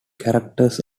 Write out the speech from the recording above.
characters